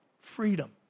Freedom